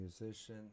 musician